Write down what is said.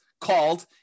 called